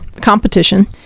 competition